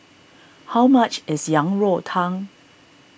how much is Yang Rou Tang